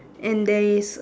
and there is